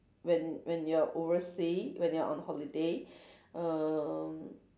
when when you're oversea when you're on holiday um